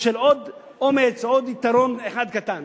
של עוד אומץ, או עוד יתרון אחד קטן.